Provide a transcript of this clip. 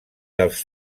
dels